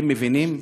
אתם מבינים?